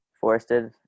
forested